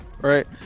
right